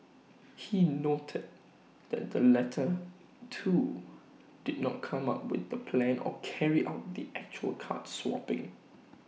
he noted that the latter two did not come up with the plan or carry out the actual card swapping